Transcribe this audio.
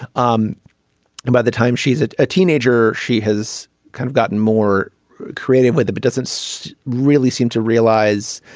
um and by the time she's a ah teenager she has kind of gotten more creative with it but doesn't so really seem to realize